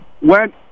went